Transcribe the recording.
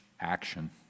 action